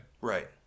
Right